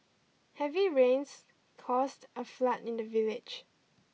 heavy rains caused a flood in the village